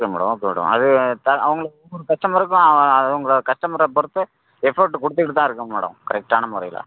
okay madam okay madam அது அவங்க ஒவ்வொரு கஸ்டமருக்கும் அவங்க கஸ்டமரை பொறுத்து எஃபர்ட் கொடுத்துக்கிட்டு தான் இருக்கோம் மேடம் கரெக்டான முறையில்